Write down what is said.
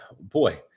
Boy